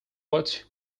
what